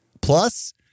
Plus